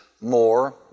more